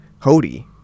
Hody